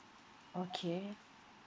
okay